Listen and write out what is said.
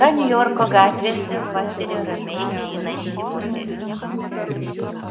ką niujorko gatvėse patiria ramiai einanti moteris